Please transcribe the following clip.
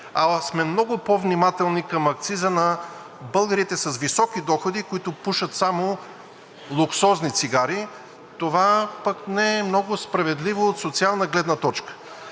ала сме много по-внимателни към акциза на българите с високи доходи, които пушат само луксозни цигари, това пък не е много справедливо от социална гледна точка.